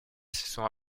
sont